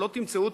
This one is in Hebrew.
לא תמצאו אותו,